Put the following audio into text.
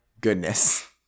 goodness